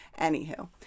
anywho